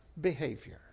Behavior